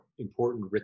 important